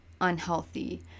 unhealthy